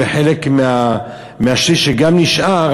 וחלק מהשליש שגם נשאר,